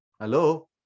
Hello